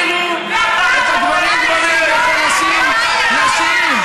ואתה, תשאירו את הגברים, גברים, ואת הנשים, נשים.